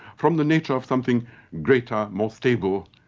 from the nature of something greater, more stable,